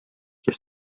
kes